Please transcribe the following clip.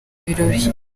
birori